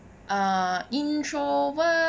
uh introvert